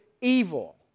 evil